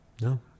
No